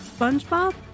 Spongebob